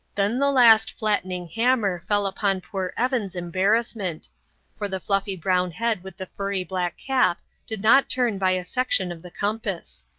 then the last flattening hammer fell upon poor evan's embarrassment for the fluffy brown head with the furry black cap did not turn by a section of the compass.